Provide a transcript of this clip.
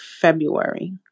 February